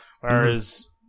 whereas